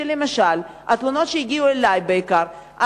תלונות שהגיעו אלי בעיקר,